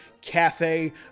Cafe